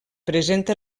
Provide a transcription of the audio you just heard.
presenta